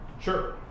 Sure